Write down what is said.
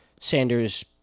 Sanders